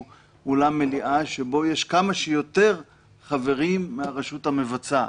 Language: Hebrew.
אולם מליאה שבו יש כמה שיותר חברים מהרשות המבצעת,